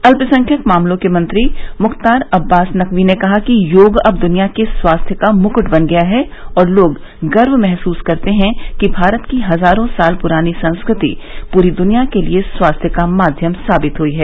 अल्पसंख्यक मामलों के मंत्री मुख्तार अब्बास नकवी ने कहा कि योग अब दुनिया के स्वास्थ्य का मुक्ट बन गया है और लोग गर्व महसूस करते हैं कि भारत की हजारों साल पुरानी संस्कृति पूरी दुनिया के लिए स्वास्थ्य का माध्यम साबित हुई है